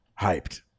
hyped